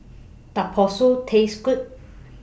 Taste Good